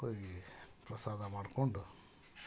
ಹೋಗಿ ಪ್ರಸಾದ ಮಾಡಿಕೊಂಡು